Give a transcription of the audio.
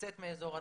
לצאת מאזור הנוחות,